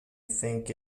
think